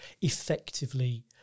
Effectively